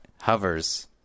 hovers